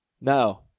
No